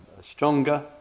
stronger